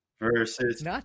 versus